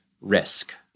risk